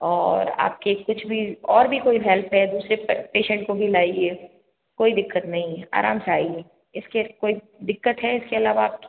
और आपके कुछ भी और भी कोई हेल्प है दूसरे पेसेंट को भी लाइये कोई दिक्कत नहीं है आराम से आइये इसके कोई दिक्कत है इसके अलावा आप